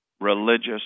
religious